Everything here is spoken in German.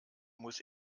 muss